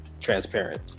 transparent